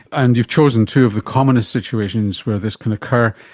and you've chosen two of the commonest situations where this can occur,